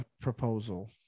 proposal